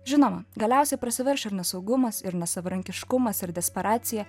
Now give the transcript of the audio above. žinoma galiausiai prasiverš ir nesaugumas ir nesavarankiškumas ir desperacija